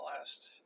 last